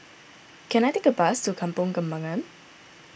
can I take a bus to Kampong Kembangan